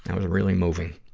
and was really moving.